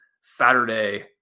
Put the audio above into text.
Saturday